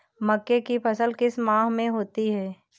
मक्के की फसल किस माह में होती है?